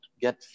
get